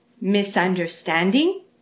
misunderstanding